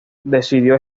decidió